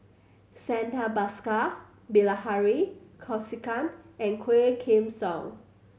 Santha Bhaskar Bilahari Kausikan and Quah Kim Song